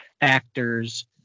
actors